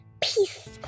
peace